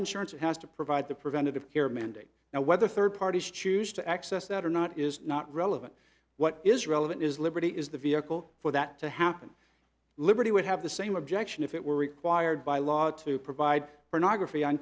insurance it has to provide the preventative care mandate now whether third parties choose to access that or not is not relevant what is relevant is liberty is the vehicle for that to happen liberty would have the same objection if it were required by law to provide or not gra